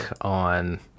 on